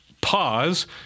Pause